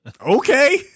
okay